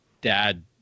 Dad